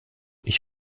ich